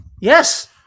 Yes